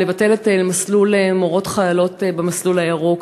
לבטל את מסלול מורות חיילות במסלול הירוק,